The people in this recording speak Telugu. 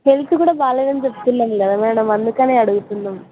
హెల్త్ కూడా బాలేదని చెప్తున్నాం కదా మ్యాడమ్ అందుకని అడుగుతున్నాం